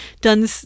done